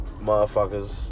motherfuckers